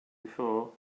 before